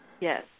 Yes